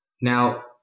Now